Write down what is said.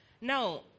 Now